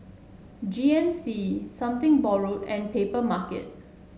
G N C Something Borrowed and Papermarket